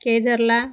केळझरला